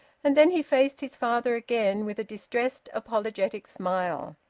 and then he faced his father again, with a distressed, apologetic smile.